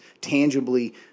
tangibly